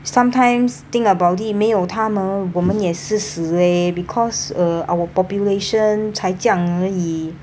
sometimes think about it 没有他们我们也是死 eh because err our population 才这样而已